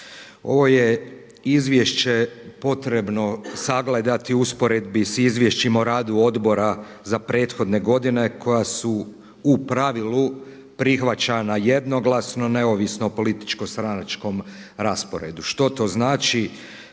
Ovo je izvješće potrebno sagledati u usporedbi s izvješćima o radu odbora za prethodne godine koja su u pravilu prihvaćana jednoglasno neovisno o političko-stranačkom rasporedu. Što to znači?